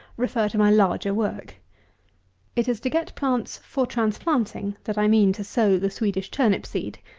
refer to my larger work it is to get plants for transplanting that i mean to sow the swedish turnip seed.